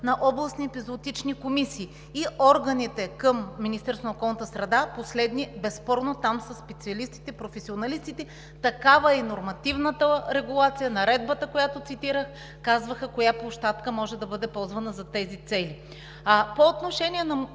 на околната среда и водите последни – безспорно там са специалистите, професионалистите, такава е и нормативната регулация, наредбата, която цитирах – казваха коя площадка може да бъде ползвана за тези цели. По отношение на